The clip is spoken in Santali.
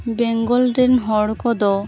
ᱵᱮᱝᱜᱚᱞ ᱨᱮᱱ ᱦᱚᱲ ᱠᱚᱫᱚ